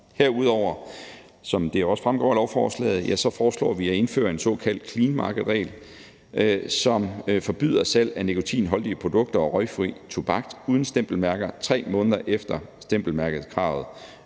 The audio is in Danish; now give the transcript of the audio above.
vi, som det også fremgår af lovforslaget, at indføre en såkaldt clean market-regel, som forbyder salg af nikotinholdige produkter og røgfri tobak uden stempelmærker, 3 måneder efter stempelmærkekravet